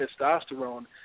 testosterone